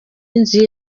inzu